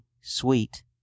sweet